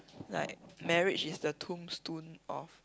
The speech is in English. like marriage is the tombstone of